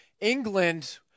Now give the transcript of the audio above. England